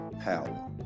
power